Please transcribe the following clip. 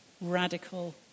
radical